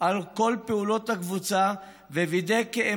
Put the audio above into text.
על כל פעולות הקבוצה ווידא כי הם